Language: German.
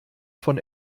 von